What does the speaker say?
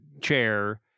chair